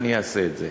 אעשה את זה.